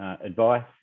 advice